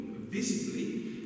visibly